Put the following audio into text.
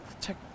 check